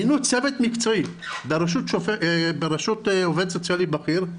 מינו צוות מקצועי בראשות עובד סוציאלי בכיר,